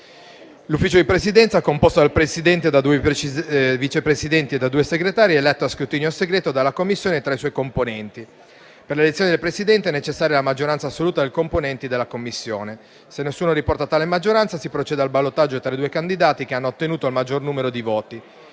L'Ufficio di Presidenza è composto dal Presidente, da due Vice Presidenti, da due segretari ed è eletto a scrutinio segreto dalla Commissione tra i suoi componenti. Per l'elezione del Presidente è necessaria la maggioranza assoluta dei componenti la Commissione. Se nessuno riporta tale maggioranza, si procede al ballottaggio tra i due candidati che hanno ottenuto il maggior numero di voti;